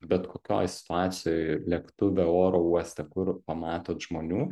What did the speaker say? bet kokioj situacijoj lėktuve oro uoste kur pamatot žmonių